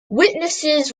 witnesses